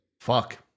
fuck